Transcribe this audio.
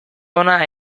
hona